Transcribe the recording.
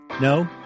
No